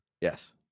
Yes